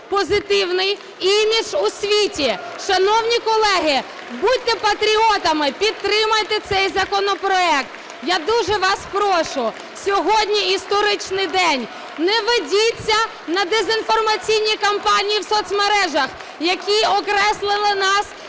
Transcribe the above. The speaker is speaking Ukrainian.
позитивний імідж у світі. Шановні колеги, будьте патріотами, підтримайте цей законопроект. Я дуже вас прошу. Сьогодні історичний день. Не ведіться на дезінформаційні кампанії в соцмережах, які окреслили нас